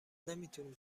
نمیتونیم